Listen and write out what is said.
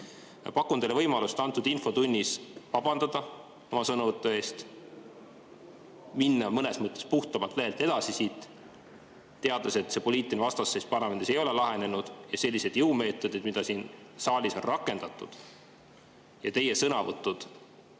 Pakun teile võimalust siin infotunnis vabandada oma sõnade eest, minna mõnes mõttes puhtamalt lehelt edasi, teades, et see poliitiline vastasseis parlamendis ei ole lahenenud ning et sellised jõumeetodid, mida siin saalis on rakendatud, ja teie sõnavõtud